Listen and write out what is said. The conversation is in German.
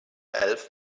elf